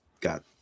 got